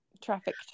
Traffic